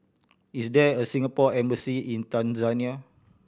is there a Singapore Embassy in Tanzania